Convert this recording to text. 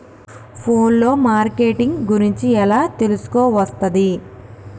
Phone లో marketing గురించి ఎలా తెలుసుకోవస్తది?